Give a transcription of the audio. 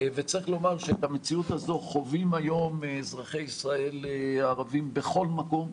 וצריך לומר שאת המציאות הזו חווים היום אזרחי ישראל הערבים בכל מקום,